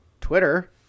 Twitter